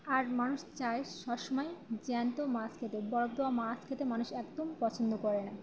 আর মানুষ চায় সব সময় জ্যান্ত মাছ খেতে বরফ দেওয়া মাছ খেতে মানুষ একদম পছন্দ করে না